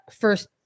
first